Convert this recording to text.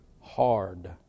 hard